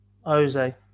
Jose